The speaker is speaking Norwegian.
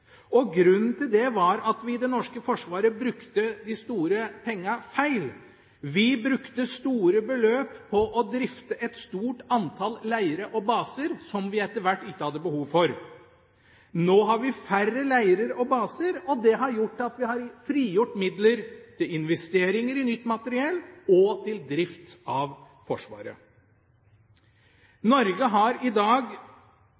Grunnen til det var at vi i det norske forsvaret brukte de store pengene feil. Vi brukte store beløp på å drifte et stort antall leirer og baser som vi etter hvert ikke hadde behov for. Nå har vi færre leirer og baser, og det har gjort at vi har frigjort midler til investeringer i nytt materiell og til drift av